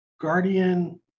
guardian